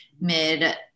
mid